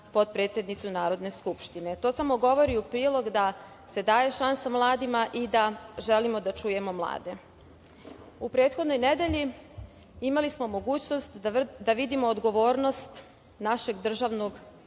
potpredsednicu Narodne skupštine. To samo govori u prilog da se daje šansa mladima i da želimo da čujemo mlade.U prethodnoj nedelji imali smo mogućnost da vidimo odgovornost našeg državnog